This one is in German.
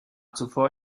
zuvor